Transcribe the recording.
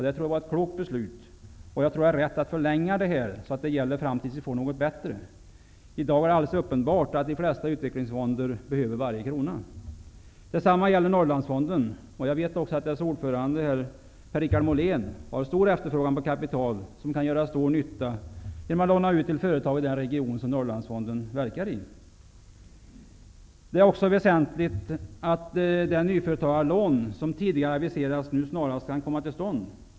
Det tror jag var ett klokt beslut, och jag tror att det är rätt att förlänga detta anstånd så att det gäller fram till dess att vi får något bättre. Det är alldeles uppenbart att de flesta utvecklingsfonder behöver varje krona. Detsamma gäller Norrlandsfonden. Jag vet att dess ordförande, Per-Richard Molén, har en stor efterfrågan på kapital och kan göra stor nytta genom att låna ut till företag i den region som Det är också väsentligt att de nyföretagarlån som tidigare aviserats nu snarast kan komma till stånd.